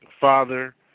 father